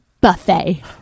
buffet